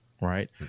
right